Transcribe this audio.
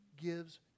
gives